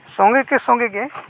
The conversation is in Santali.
ᱥᱚᱸᱜᱮ ᱠᱮ ᱥᱚᱸᱜᱮᱜᱮ